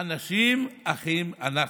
"אנשים אחים אנחנו",